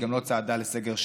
היא גם לא צעדה לסגר שני,